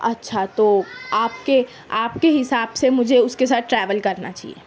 اچھا تو آپ کے آپ کے حساب سے مجھے اس کے ساتھ ٹریول کرنا چاہیے